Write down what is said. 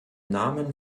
namen